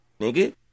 nigga